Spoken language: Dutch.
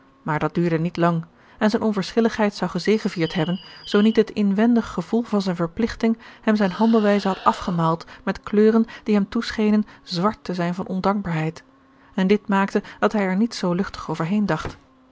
maar dat duurde niet lang en zijne onverschilligheid zou gezegevierd hebben zoo niet het inwendig gevoel van zijne verpligting hem zijne handelwijze had afgemaald met kleuren die hem toeschenen zwart te zijn van ondankbaarheid en george een ongeluksvogel dit maakte dat hij er niet zoo luchtig over heen dacht